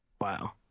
Wow